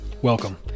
Welcome